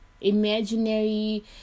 imaginary